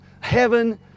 heaven